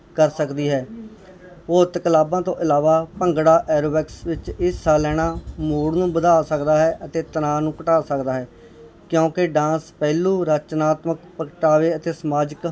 ਕਰ ਸਕਦੀ ਹੈ ਉਹ ਉਤਕਲਾਬਾਂ ਤੋਂ ਇਲਾਵਾ ਭੰਗੜਾ ਐਰੋਬਿਕਸ ਵਿੱਚ ਹਿੱਸਾ ਲੈਣਾ ਮੂੜ ਨੂੰ ਵਧਾ ਸਕਦਾ ਹੈ ਅਤੇ ਤਨਾਅ ਨੂੰ ਘਟਾ ਸਕਦਾ ਹੈ ਕਿਉਂਕਿ ਡਾਂਸ ਪਹਿਲੂ ਰਚਨਾਤਮਕ ਪ੍ਰਗਟਾਵੇ ਅਤੇ ਸਮਾਜਿਕ